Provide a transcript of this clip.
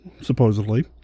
supposedly